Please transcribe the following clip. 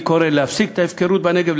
אני קורא להפסיק את ההפקרות בנגב,